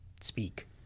speak